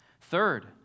Third